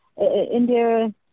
India